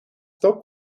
dock